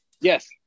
Yes